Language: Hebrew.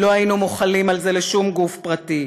לא היינו מוחלים על זה לשום גוף פרטי.